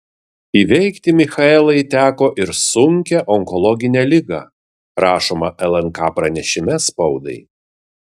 įveikti michaelai teko ir sunkią onkologinę ligą rašoma lnk pranešime spaudai